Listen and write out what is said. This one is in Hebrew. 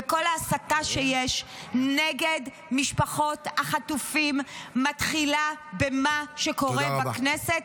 וכל ההסתה שיש נגד משפחות החטופים מתחילה במה שקורה בכנסת.